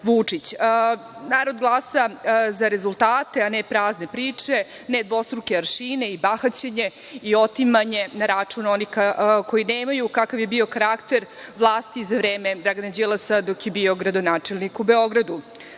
glasa za rezultate, a ne prazne priče, ne dvostruke aršine i bahaćenje i otimanje na račun onih koji nemaju, kakav je bio karakter vlasti za vreme Dragana Đilasa, dok je bio gradonačelnik u Beogradu. Danas